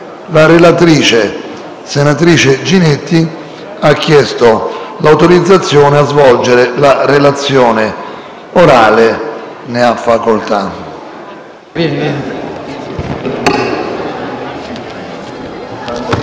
La relatrice, senatrice Ginetti, ha chiesto l'autorizzazione a svolgere la relazione orale. Non facendosi